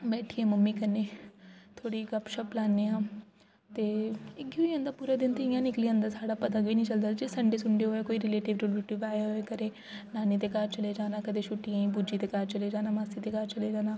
बैठिये मम्मी कन्नै थोह्ड़ी गप्प शप्प लान्नेआं ते इ'यै होई जंदा पूरा दिन ते इ'यां निकली जन्दा साढ़ा पता गै निं चलदा जे संडे सुंडे होऐ कोई रिलेटिव रुलेटिव आया होऐ घरै ई नानी दे घर चले जाना कदें छूट्टियें ई बूजी दे घर चले जाना मासी दे घर चले जाना